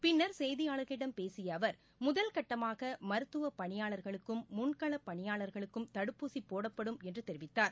பின்னர் செய்தியாளர்களிடம் பேசிய அவர் முதல்கட்டமாக மருத்துவ பணியாளர்களுக்கும் முன்களப் பணியாளர்களுக்கும் தடுப்பூசி போடப்படும் என்று தெரிவித்தார்